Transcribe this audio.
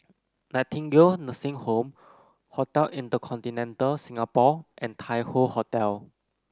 Nightingale Nursing Home Hotel InterContinental Singapore and Tai Hoe Hotel